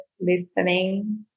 listening